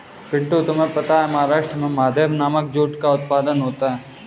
पिंटू तुम्हें पता है महाराष्ट्र में महादेव नामक जूट का उत्पादन होता है